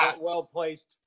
well-placed